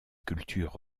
culture